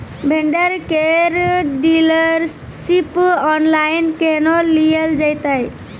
Vendor केर dealership online केहनो लियल जेतै?